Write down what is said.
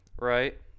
Right